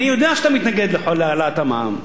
אני יודע שאתה מתנגד להעלאת המע"מ.